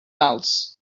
mals